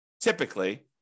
typically